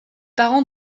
parents